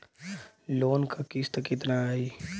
Loan क किस्त कितना आई?